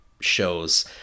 shows